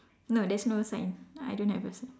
no there's no sign I don't have a sign